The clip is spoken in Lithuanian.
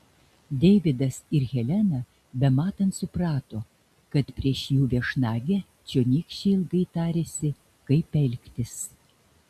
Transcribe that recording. deividas ir helena bematant suprato kad prieš jų viešnagę čionykščiai ilgai tarėsi kaip elgtis